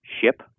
ship